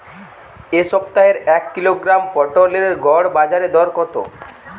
এ সপ্তাহের এক কিলোগ্রাম পটলের গড় বাজারে দর কত?